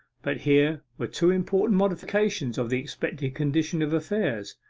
but here were two important modifications of the expected condition of affairs.